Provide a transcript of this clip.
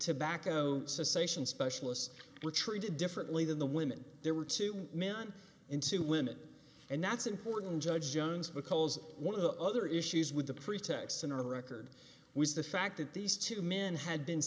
tobacco cessation specialists were treated differently than the women there were two man in two women and that's important judge jones because one of the other issues with the pretext and her record was the fact that these two men had been